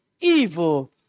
Evil